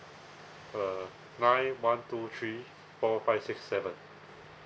uh nine one two three four five six seven